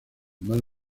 mar